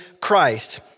Christ